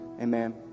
Amen